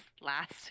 last